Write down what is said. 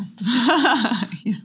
yes